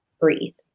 Breathe